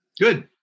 Good